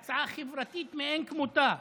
שהיא הצעה חברתית מאין כמותה.